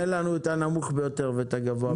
תן לנו את האומדן הנמוך ביותר והגבוה ביותר.